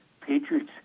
Patriots